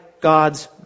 God's